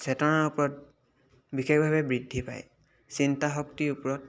চেতনাৰ ওপৰত বিশেষভাৱে বৃদ্ধি পায় চিন্তা শক্তিৰ ওপৰত